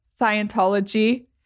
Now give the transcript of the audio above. Scientology